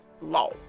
law